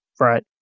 Right